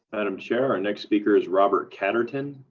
madam chair, our next speaker is robert koetterton.